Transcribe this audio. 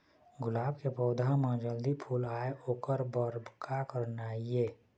गुलाब के पौधा म जल्दी फूल आय ओकर बर का करना ये?